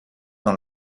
dans